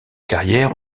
carrière